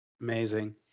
Amazing